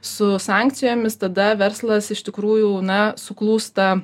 su sankcijomis tada verslas iš tikrųjų na suklūsta